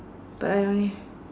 but I only